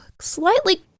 slightly